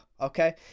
Okay